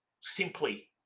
simply